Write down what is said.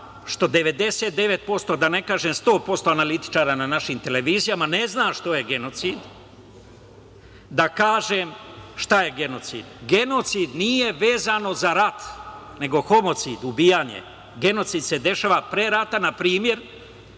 što 99%, da ne kažem 100%, analitičara na našim televizijama ne zna šta je genocid, da kažem šta je genocid. Genocid nije vezano za rat, nego homocid, ubijanje. Genocid se dešava pre rata, na primer,